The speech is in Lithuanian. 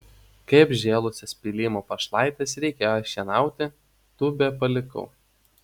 kai apžėlusias pylimo pašlaites reikėjo šienauti tūbę palikau